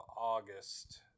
August